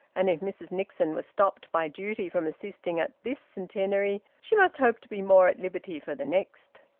and if mrs nixon was stopped by duty from assisting at this centenary, she must hope to be more at liberty for the next.